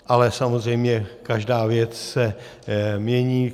Ale samozřejmě každá věc se mění.